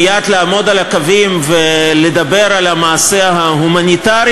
מייד לעמוד על הקווים ולדבר על המעשה ההומניטרי